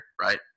right